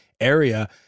area